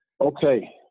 Okay